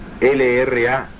LRA